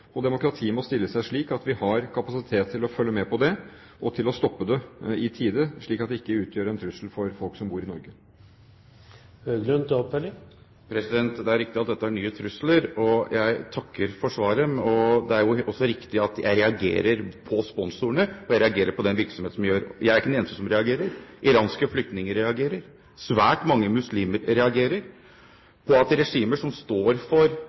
Demokratiet må stille seg slik at vi har kapasitet til å følge med på det og til å stoppe det i tide, slik at det ikke utgjør en trussel for folk som bor i Norge. Jeg takker for svaret. Det er riktig at dette er nye trusler. Det er også riktig at jeg reagerer på sponsorene, og jeg reagerer på den virksomhet som gjøres. Jeg er ikke den eneste som reagerer. Iranske flyktninger reagerer, og svært mange muslimer reagerer på at regimer som står for